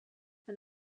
and